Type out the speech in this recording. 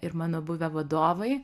ir mano buvę vadovai